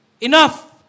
enough